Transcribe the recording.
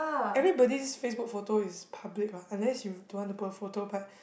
everybody's Facebook photo is public what unless you don't want to put a photo but